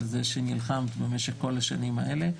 על זה שנלחמת במשך כל השנים האלה.